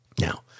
Now